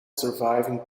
surviving